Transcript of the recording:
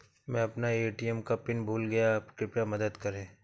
मै अपना ए.टी.एम का पिन भूल गया कृपया मदद करें